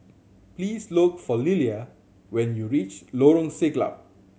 please look for Lillia when you reach Lorong Siglap